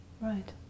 Right